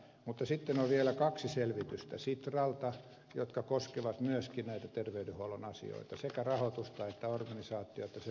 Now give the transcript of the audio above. mutta sitten on vielä sitralta kaksi selvitystä jotka koskevat myöskin näitä terveydenhuollon asioita sekä rahoitusta että organisaatiota sen muuttamistarvetta